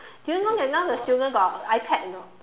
did you know that now the student got iPad or not